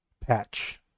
patch